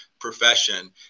profession